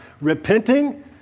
repenting